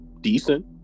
decent